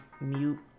mute